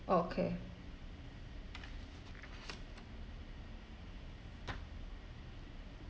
okay